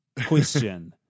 Question